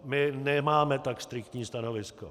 My nemáme tak striktní stanovisko.